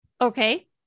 Okay